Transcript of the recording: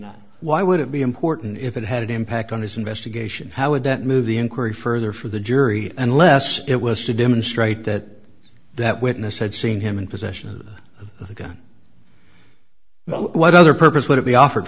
not why would it be important if it had an impact on his investigation how would that move the inquiry further for the jury unless it was to demonstrate that that witness had seen him in possession of the gun well what other purpose would be offered